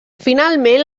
finalment